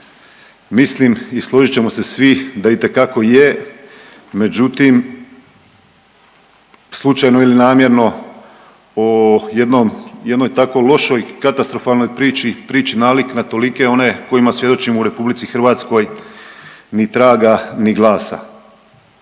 Mislim i složit ćemo se svi da itekako je, međutim slučajno ili namjerno o jednoj takvoj lošoj katastrofalnoj priči, priči nalik na tolike one kojima svjedočimo u RH ni traga, ni glasa.